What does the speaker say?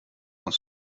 van